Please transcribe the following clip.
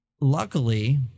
luckily